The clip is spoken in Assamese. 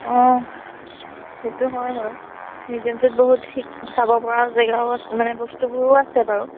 অঁ সেইটো হয় বাৰু মিউজিয়ামটোত বহুত চাবপৰা জেগাও আছে মানে বস্তুবোৰো আছে বাৰু